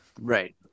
Right